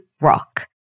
rock